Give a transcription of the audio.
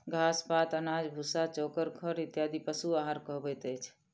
घास, पात, अनाज, भुस्सा, चोकर, खड़ इत्यादि पशु आहार कहबैत अछि